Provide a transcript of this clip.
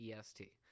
EST